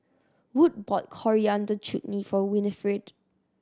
Wood bought Coriander Chutney for Winnifred